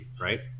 right